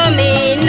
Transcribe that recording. me